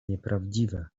nieprawdziwe